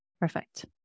Perfect